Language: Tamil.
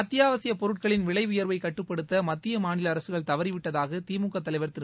அத்தியாவசிய பொருட்களின் விலை உயர்வை கட்டுப்படுத்த மத்திய மாநில அரசுகள் தவறிவிட்டதாக திமுக தலைவர் திரு